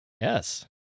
Yes